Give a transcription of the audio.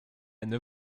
neuf